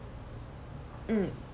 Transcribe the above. mm